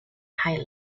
high